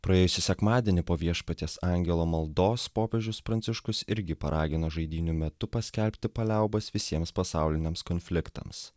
praėjusį sekmadienį po viešpaties angelo maldos popiežius pranciškus irgi paragino žaidynių metu paskelbti paliaubas visiems pasauliniams konfliktams